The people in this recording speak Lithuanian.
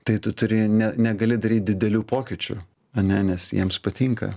tai tu turi ne negali daryt didelių pokyčių ane nes jiems patinka